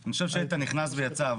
אני חושב שאיתן נכנס ויצא.